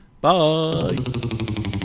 Bye